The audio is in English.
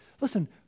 Listen